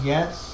Yes